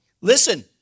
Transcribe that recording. Listen